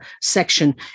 section